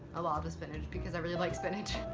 a lot of the spinach because i really like spinach.